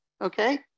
okay